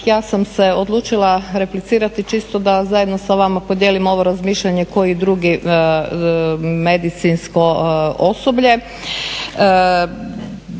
ja sam se odlučila replicirati čisto da zajedno sa vama podijelim ovo razmišljanje kao i drugi medicinsko osoblje.